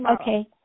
Okay